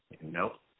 Nope